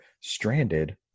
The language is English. stranded